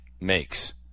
makes